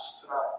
tonight